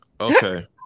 Okay